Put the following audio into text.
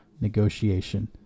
negotiation